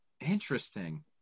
Interesting